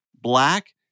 black